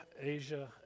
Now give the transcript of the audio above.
Asia